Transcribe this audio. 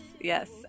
yes